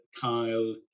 Kyle